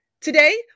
Today